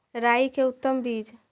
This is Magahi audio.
राई के उतम बिज?